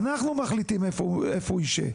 אנחנו מחליטים איפה הוא ישב,